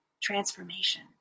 Transformation